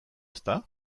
ezta